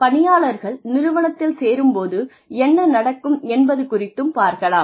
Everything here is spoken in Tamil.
பணியாளர்கள் நிறுவனத்தில் சேரும் போது என்ன நடக்கும் என்பது குறித்தும் பார்க்கலாம்